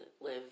live